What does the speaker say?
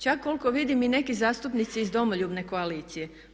Čak koliko vidim i neki zastupnici iz Domoljubne koalicije.